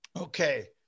Okay